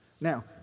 Now